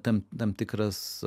tam tam tikras